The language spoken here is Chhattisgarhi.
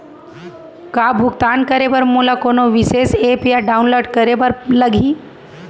का भुगतान करे बर मोला कोनो विशेष एप ला डाऊनलोड करे बर लागही